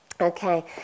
Okay